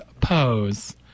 Pose